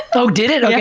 oh, did it?